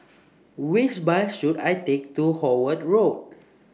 Which Bus should I Take to Howard Road